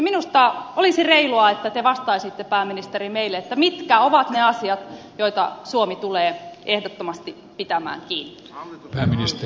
minusta olisi reilua että te vastaisitte pääministeri meille mitkä ovat ne asiat joista suomi tulee ehdottomasti pitämään kiinni